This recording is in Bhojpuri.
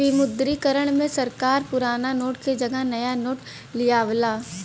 विमुद्रीकरण में सरकार पुराना नोट के जगह नया नोट लियावला